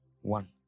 one